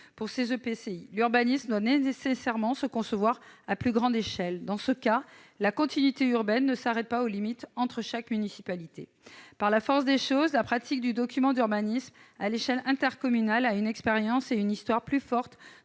Pour ces EPCI, l'urbanisme doit nécessairement se concevoir à plus grande échelle. Dans leur cas, la continuité urbaine ne s'arrête pas aux limites entre chaque municipalité. Par la force des choses, la pratique du document d'urbanisme à l'échelle intercommunale a une histoire plus longue